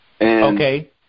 Okay